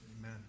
amen